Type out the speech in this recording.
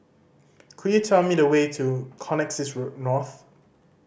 could you tell me the way to Connexis Road North